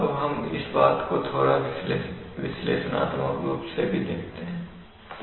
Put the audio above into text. अब हम इस बात को थोड़ा विश्लेषणात्मक रूप से भी देखते हैं